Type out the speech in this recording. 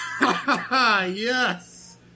Yes